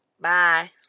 Bye